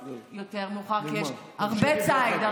יותר מאוחר, כי יש הרבה ציד.